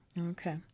Okay